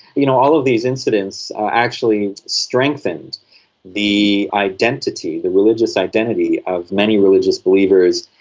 you know, all of these incidents actually strengthened the identity, the religious identity of many religious believers.